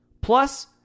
Plus